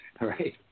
right